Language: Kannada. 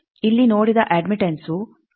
ಇಲ್ಲಿ ನೋಡಿದ ಅಡ್ಮಿಟೆಂಸ್ವು ಮೌಲ್ಯವಾಗಿರುತ್ತದೆ